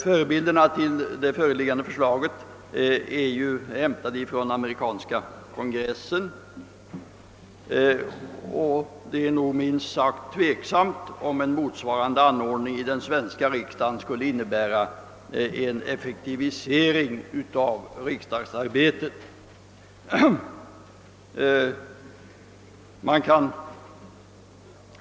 Förebilderna till det föreliggande förslaget är hämtade från amerikanska kongressen, och det är minst sagt tvek samt om en motsvarande anordning i den svenska riksdagen skulle innebära en effektivisering av riksdagsarbetet.